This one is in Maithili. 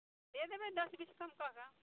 दऽ देबै दस बीस कम कऽ कऽ